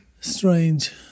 Strange